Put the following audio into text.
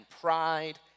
pride